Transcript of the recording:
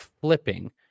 flipping